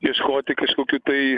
ieškoti kažkokių tai